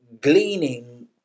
gleaning